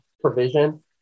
provision